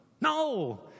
No